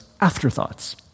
Afterthoughts